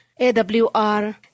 AWR